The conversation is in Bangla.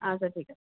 আচ্ছা ঠিক আছে